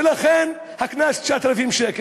ולכן הקנס 9,000 שקל,